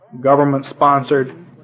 government-sponsored